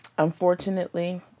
Unfortunately